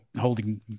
holding